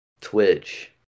Twitch